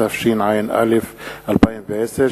התשע"א 2010,